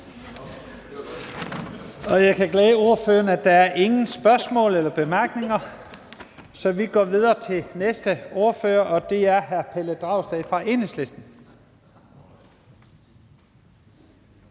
med, at der ingen korte bemærkninger er. Så vi går videre til næste ordfører, og det er hr. Pelle Dragsted fra Enhedslisten.